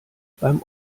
beim